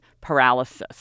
paralysis